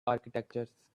architectures